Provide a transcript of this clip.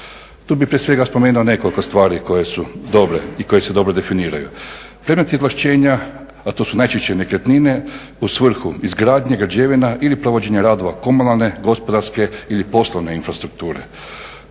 Tu bih prije svega spomenuo nekoliko stvari koje su dobre i koje se dobro definiraju. Predmet izvlaštenja, a to su najčešće nekretnine u svrhu izgradnje građevina ili provođenja radova komunalne, gospodarske ili poslovne infrastrukture.